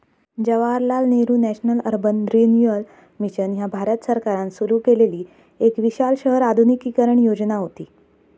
Jawaharlal Nehru national urban renewal mission ह्या भारत सरकारान सुरू केलेली एक विशाल शहर आधुनिकीकरण योजना व्हती